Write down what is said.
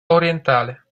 orientale